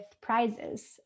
prizes